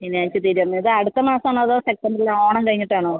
ശനിയാഴ്ച്ച തീരും ഇത് അടുത്ത മാസമാണോ അതോ സെപ്റ്റംബറിൽ ഓണം കഴിഞ്ഞിട്ടാണോ